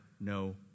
no